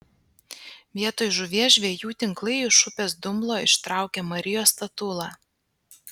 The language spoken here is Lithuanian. vietoj žuvies žvejų tinklai iš upės dumblo ištraukė marijos statulą